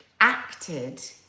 acted